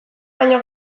baino